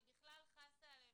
אני בכלל חסה עליהם,